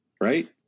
Right